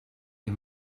you